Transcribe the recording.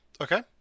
Okay